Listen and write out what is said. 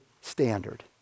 standard